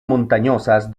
montañosas